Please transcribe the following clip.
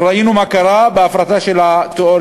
אנחנו ראינו מה קרה בהפרטה של התיאוריה,